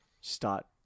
start